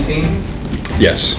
Yes